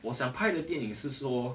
我想拍的电影是说